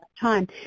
time